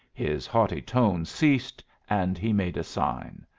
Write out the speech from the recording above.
his haughty tones ceased, and he made a sign.